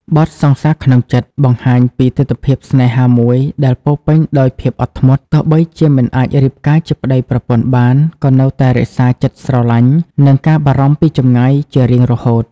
បទ "សង្សារក្នុងចិត្ត" បង្ហាញពីទិដ្ឋភាពស្នេហាមួយដែលពោរពេញដោយភាពអត់ធ្មត់ ទោះបីជាមិនអាចរៀបការជាប្តីប្រពន្ធបាន ក៏នៅតែរក្សាចិត្តស្រឡាញ់ និងការបារម្ភពីចម្ងាយជារៀងរហូត។